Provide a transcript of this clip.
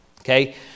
okay